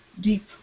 deep